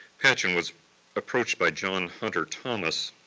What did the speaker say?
patchen was approached by john hunter thomas,